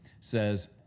says